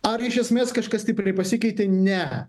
ar iš esmės kažkas stipriai pasikeitė ne